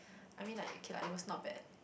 I mean like okay lah it was not bad